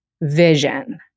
vision